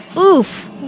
Oof